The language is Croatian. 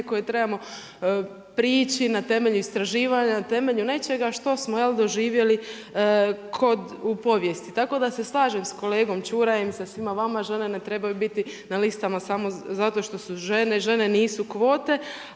koje trebamo priči na temelju istraživanja, na temelju nečega što smo doživjeli kod, u povijesti. Tako da se slažem sa kolegom Čurajem, sa svima vama, žene ne trebaju biti na listama samo zato što su žene, žene nisu kvote